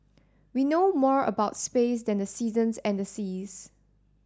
we know more about space than the seasons and the seas